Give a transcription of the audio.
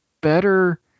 better